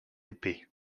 épée